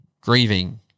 grieving